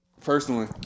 Personally